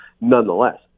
nonetheless